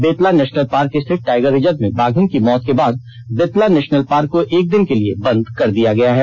Betla national park स्थित tiger reserve में बाधिन की मौत के बाद बेतला नेशनल पार्क को एक दिन के लिए बंद कर दिया गया है